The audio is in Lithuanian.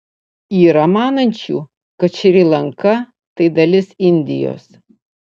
yra manančių kad šri lanka tai dalis indijos